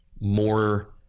more